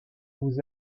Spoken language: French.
vous